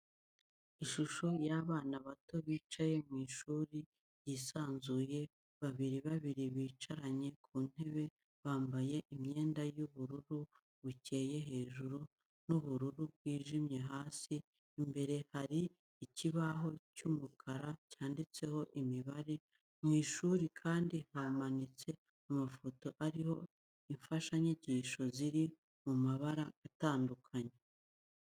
Ishusho y'abana bato bicaye mu ishuri ryisanzuye, babiri babiri bicaranye ku ntebe, bambaye imyenda y'ubururu bukeye hejuru n'ubururu bwijimye hasi, imbere hari ikibaho cy'umukara cyanditseho imibare, mu ishuri kandi hamanitse amafoto ariho imfashanyigisho ziri mu mabara atandukanye.